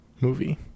movie